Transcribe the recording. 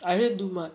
I think too much